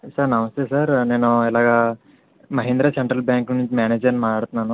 sir నమస్తే sir నేను ఇలాగా మహేంద్ర సెంట్రల్ బ్యాంక్ నుంచి మేనేజర్ని మాట్లాడుతున్నాను